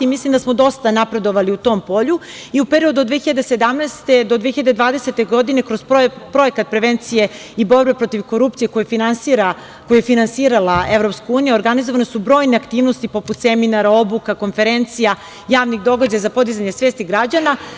Mislim da smo dosta napredovali na tom polju, i u periodu od 2017. do 2020. godine, kroz projekat prevencije i borbe protiv korupcije koji je finansirala EU, organizovane su brojne aktivnosti, poput seminara, obuka, konferencija, javnih događaja za podizanje svesti građana.